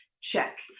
check